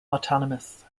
autonomous